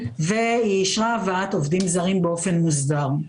והיא אישרה הבאת עובדים זרים באופן מוסדר.